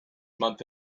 month